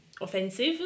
offensive